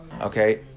okay